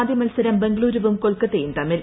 ആദ്യ മത്സരം ബാംഗ്ലുരുവും കൊൽക്കത്തയും തമ്മിൽ